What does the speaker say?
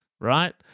right